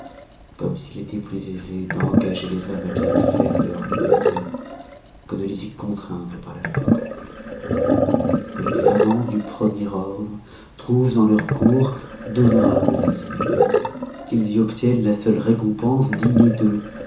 comme s'il étoit plus aisé d'engager les hommes à bien faire de leur bon gré que de les y contraindre par la force que les savans du premier ordre trouvent dans leurs cours d'honorables asyles qu'ils y obtiennent la seule récompense digne d'eux